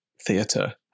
theatre